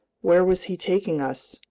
where was he taking us?